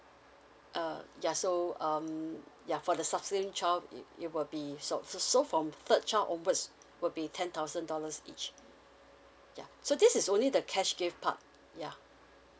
uh yeah so um ya for the subsequent child it it will be so so from third child onwards will be ten thousand dollars each ya so this is only the cash gift part yeah